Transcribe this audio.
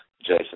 Jason